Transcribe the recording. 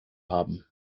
haben